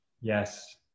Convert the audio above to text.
Yes